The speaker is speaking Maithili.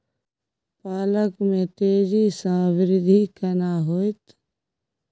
पालक में तेजी स वृद्धि केना होयत?